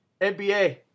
NBA